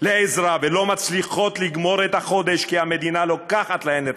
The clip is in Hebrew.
לעזרה ולא מצליחות לגמור את החודש כי המדינה לוקחת להן את